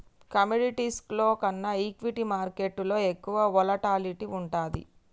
కమోడిటీస్లో కన్నా ఈక్విటీ మార్కెట్టులో ఎక్కువ వోలటాలిటీ వుంటది